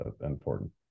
important